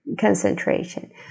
concentration